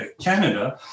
Canada